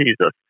Jesus